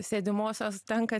sėdimosios tenka